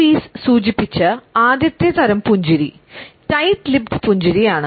Allen Pease പുഞ്ചിരിയാണ്